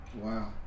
Wow